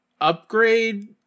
upgrade